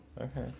Okay